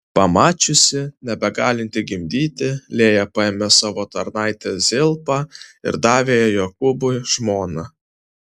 pamačiusi nebegalinti gimdyti lėja paėmė savo tarnaitę zilpą ir davė ją jokūbui žmona